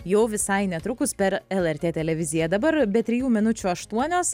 jau visai netrukus per lrt televiziją dabar be trijų minučių aštuonios